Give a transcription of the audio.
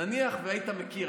נניח שהיית מכיר,